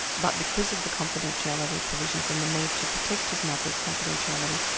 but because of the confidentiality provisions and the need to protect his mother's confidentiality,